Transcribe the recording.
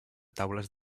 taules